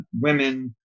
women